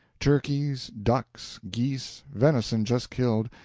turkeys, ducks, geese, venison just killed,